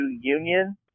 union